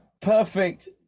perfect